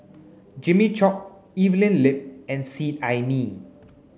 Jimmy Chok Evelyn Lip and Seet Ai Mee